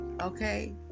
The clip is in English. Okay